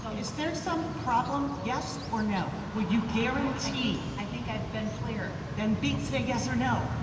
so is there some problem? yes or no? will you guarantee i think i've been clear. then be say yes or no.